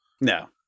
no